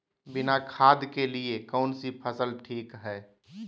बिना खाद के लिए कौन सी फसल ठीक है?